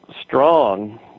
strong